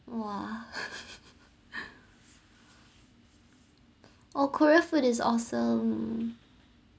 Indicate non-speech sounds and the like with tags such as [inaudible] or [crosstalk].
!wah! [laughs] oh korean food is awesome